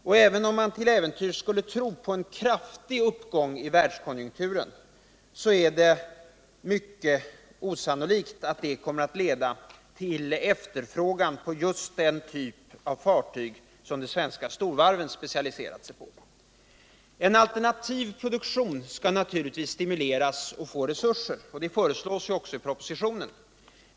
Och även om man till äventyrs skulle tro på en kraftig uppgång i världskonjunkturen är det mycket osannolikt att detta kommer att leda till efterfrågan på den typ av fartyg som de svenska storvarven specialiserat sig på. En alternativ produktion skall naturligtvis stimuleras och få resurser, och det föreslås också i propositionen.